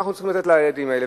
מה אנחנו צריכים לתת לילדים האלה.